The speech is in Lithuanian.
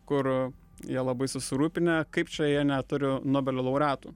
kur jie labai susirūpinę kaip čia jie neturi nobelio laureatų